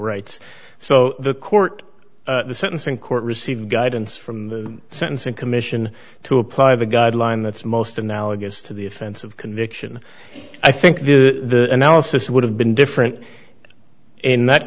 rights so the court the sentencing court receive guidance from the sentencing commission to apply the guideline that's most analogous to the offense of conviction i think the analysis would have been different in that